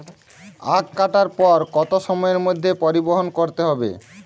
আখ কাটার পর কত সময়ের মধ্যে পরিবহন করতে হবে?